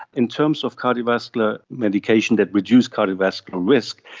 in terms of cardiovascular medication that reduces cardiovascular risk,